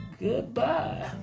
goodbye